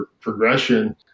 progression